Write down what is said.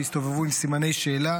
שהסתובבו עם סימני שאלה